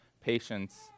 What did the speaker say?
patience